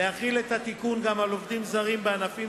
להחיל את התיקון גם על עובדים זרים בענפים